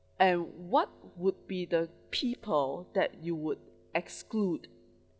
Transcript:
and what would be the people that you would exclude